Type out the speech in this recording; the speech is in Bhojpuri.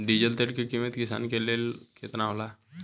डीजल तेल के किमत किसान के लेल केतना होखे?